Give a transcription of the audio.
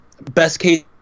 best-case